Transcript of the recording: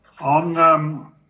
On